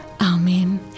Amen